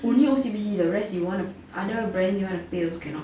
only O_C_B_C the rest you want to other brand you want to pay also cannot